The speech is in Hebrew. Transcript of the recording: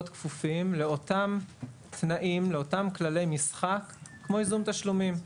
כפופים לאותם התנאים כמו ייזום תשלומים.